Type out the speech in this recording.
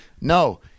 no